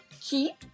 Keep